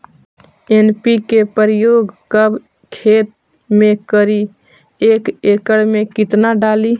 NPK प्रयोग कब खेत मे करि एक एकड़ मे कितना डाली?